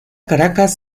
caracas